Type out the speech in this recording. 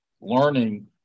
learning